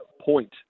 point